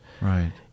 Right